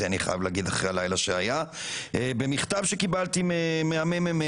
אחרי הלילה שהיה במכתב שקיבלתי מהמ.מ.מ.